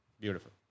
Beautiful